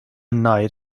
night